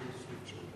בבקשה.